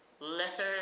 Lesser